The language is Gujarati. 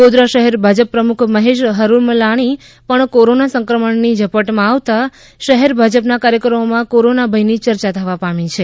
ગોધરા શહેર ભાજપ પ્રમુખ મહેશ હરુમલાણી પણ કોરોના સંક્રમણ ની ઝપટમાં આવતા શહેર ભાજપના કાર્યકરોમાં કોરોના ભય ની ચર્ચા થવા પામી છે